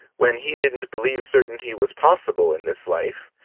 when he didn't believe certainty was possible in this life,